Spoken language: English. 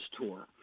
tour